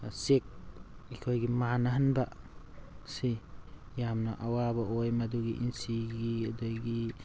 check ꯑꯩꯈꯣꯏꯒꯤ ꯃꯥꯟꯅꯍꯟꯕ ꯁꯤ ꯌꯥꯝꯅ ꯑꯋꯥꯕ ꯑꯣꯏ ꯃꯗꯨꯒꯤ ꯏꯟꯆꯤꯒꯤ ꯑꯗꯒꯤ